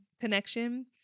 connection